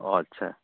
অঁ আচ্ছা